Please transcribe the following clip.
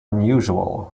unusual